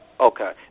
Okay